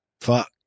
fuck